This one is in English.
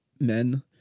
men